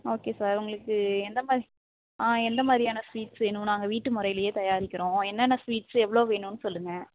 okay sir உங்களுக்கு எந்தமாதிரி ஆ எந்தமாதிரியான ஸ்வீட்ஸ் வேணும் நாங்கள் வீட்டு முறையிலேயே தயாரிக்கிறோம் என்னென்ன ஸ்வீட்ஸு எவ்வளோ வேணுன்னு சொல்லுங்க